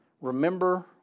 Remember